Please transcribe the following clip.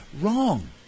wrong